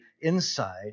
inside